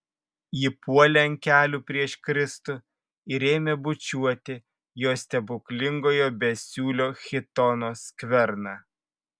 ji puolė ant kelių prieš kristų ir ėmė bučiuoti jo stebuklingojo besiūlio chitono skverną